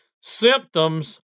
symptoms